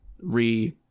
re